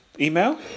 email